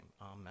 Amen